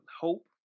hope